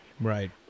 Right